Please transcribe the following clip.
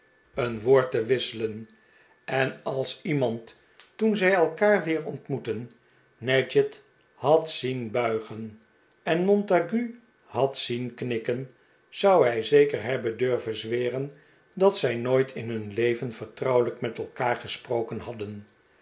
te wisselen en als iemand toen zij elkaar weer ontmoetten nadgett had zien buigen en montague had zien knikken zou hij zeker hebben durven zweren dat zij nooit in hun leven vertrouwelijk met elkaar gesproken hadden